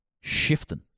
shifting